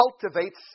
cultivates